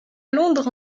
londres